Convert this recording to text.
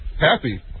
happy